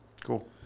Cool